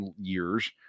years